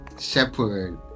shepherd